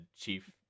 Chief